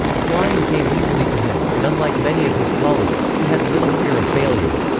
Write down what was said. flying came easily to him, and unlike many of his colleagues, he had little fear of failure.